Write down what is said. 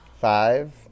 Five